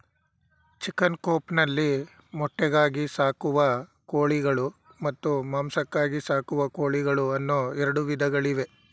chicken coop ನಲ್ಲಿ ಮೊಟ್ಟೆಗಾಗಿ ಸಾಕುವ ಕೋಳಿಗಳು ಮತ್ತು ಮಾಂಸಕ್ಕಾಗಿ ಸಾಕುವ ಕೋಳಿಗಳು ಅನ್ನೂ ಎರಡು ವಿಧಗಳಿವೆ